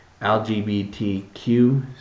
LGBTQ